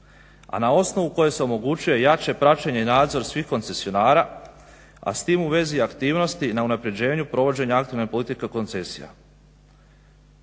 a na osnovu koje se omogućuje jače praćenje i nadzor svih koncesionara, a s tim u vezi i aktivnosti na unapređenju provođenja aktivne politike koncesija.